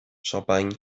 champagne